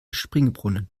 springbrunnen